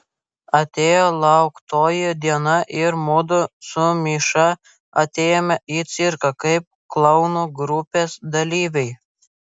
atėjo lauktoji diena ir mudu su miša atėjome į cirką kaip klounų grupės dalyviai